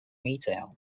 retail